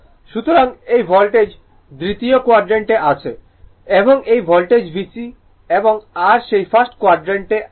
সুতরাং এই ভোল্টেজ দ্বিতীয় কুয়াড্রান্ট এ আছে এবং এই ভোল্টেজ VC এবং r সেই 1st কুয়াড্রান্ট এ থাকে